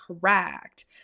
correct